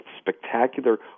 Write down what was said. spectacular